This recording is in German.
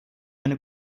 eine